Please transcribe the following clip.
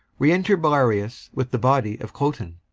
re-enter belarius with the body of cloten